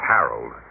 Harold